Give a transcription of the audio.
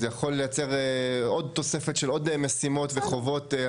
זה יכול לייצר תוספת של עוד משימות וחובות.